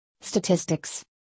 Statistics